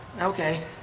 Okay